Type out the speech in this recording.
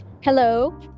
Hello